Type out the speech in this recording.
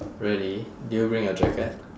really did you bring your jacket